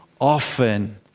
Often